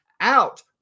out